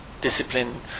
discipline